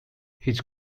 his